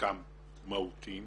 לנציגות משרד המשפטים